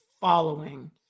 following